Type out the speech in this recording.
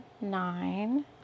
nine